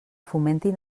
fomentin